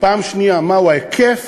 שנית, מהו ההיקף,